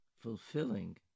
fulfilling